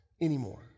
anymore